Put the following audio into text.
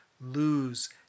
lose